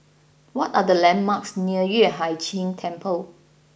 what are the landmarks near Yueh Hai Ching Temple